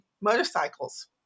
motorcycles